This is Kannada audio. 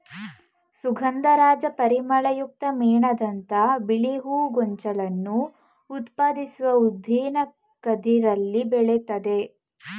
ಸುಗಂಧರಾಜ ಪರಿಮಳಯುಕ್ತ ಮೇಣದಂಥ ಬಿಳಿ ಹೂ ಗೊಂಚಲನ್ನು ಉತ್ಪಾದಿಸುವ ಉದ್ದನೆಯ ಕದಿರಲ್ಲಿ ಬೆಳಿತದೆ